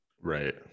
Right